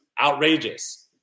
outrageous